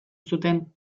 zuten